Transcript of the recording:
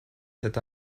cet